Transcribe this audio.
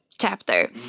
chapter